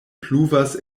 pluvas